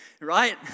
Right